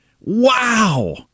Wow